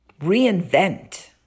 reinvent